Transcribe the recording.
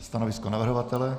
Stanovisko navrhovatele?